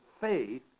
faith